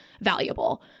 valuable